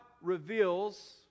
reveals